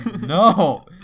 No